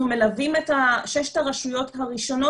אנחנו מלווים את שש הרשויות הראשונות